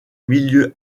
milieux